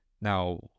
now